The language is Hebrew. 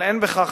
אבל לא די בכך.